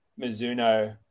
Mizuno